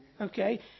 Okay